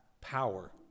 power